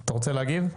אתה רוצה להגיב?